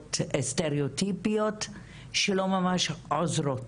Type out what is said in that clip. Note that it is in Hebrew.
גישות סטריאוטיפיות שלא ממש עוזרות,